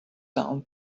down